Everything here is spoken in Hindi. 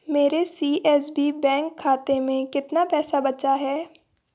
मेरे सीएसबी बैंक खाते में कितना पैसा बचा है